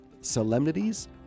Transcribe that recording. solemnities